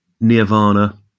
Nirvana